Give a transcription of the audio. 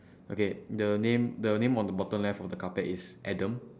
okay the name the name on the bottom left of the carpet is adam